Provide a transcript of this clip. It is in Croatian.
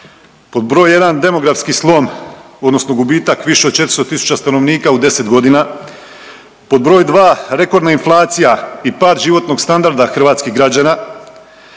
pod broj jedan demografski slom odnosno gubitak više od 4.000 stanovnika u 10 godina, pod broj dva rekordna inflacija i pad životnog standarda hrvatskih građana,